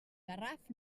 garraf